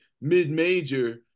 mid-major